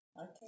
Okay